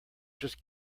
just